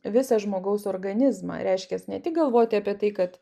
visą žmogaus organizmą reiškias ne tik galvoti apie tai kad